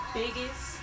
biggest